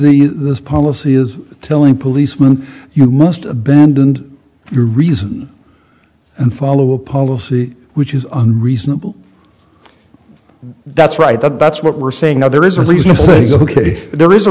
the this policy is telling policeman you must abandoned your reason and follow a policy which is unreasonable that's right the bat's what we're saying now there is a reason ok there is a